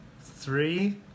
Three